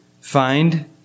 find